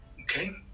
Okay